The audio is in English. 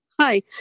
Hi